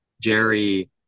Jerry